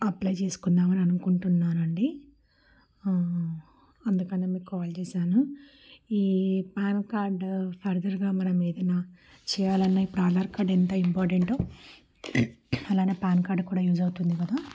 apply చేసుకుందామని అనుకుంటున్నాను అండి అందుకని మీకు కాల్ చేశాను ఈ పాన్ కార్డ్ ఫర్దర్గా మనం ఏదైనా చేయాలన్నా ఇప్పుడు ఆధార్ కార్డ్ ఎంత ఇంపార్టెంటో అలానే పాన్ కార్డ్ కూడా యూస్ అవుతుంది కదా